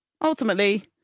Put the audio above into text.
ultimately